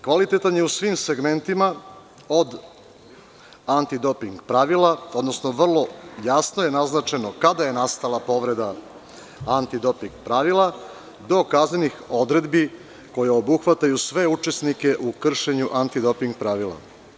Kvalitetan je u svim segmentima, od antidoping pravila, odnosno vrlo je jasno naznačeno kada je nastala povreda antidoping pravila, do kaznenih odredbi koje obuhvataju sve učesnike u kršenju antidoping pravila.